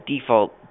default